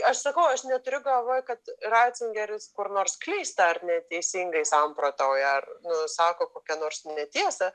aš sakau aš neturiu galvoj kad racingeris kur nors klysta ar neteisingai samprotauja ar nu sako kokią nors netiesą